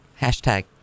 Hashtag